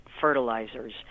fertilizers